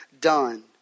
done